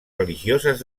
religioses